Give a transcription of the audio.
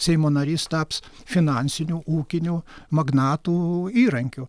seimo narys taps finansinių ūkinių magnatų įrankiu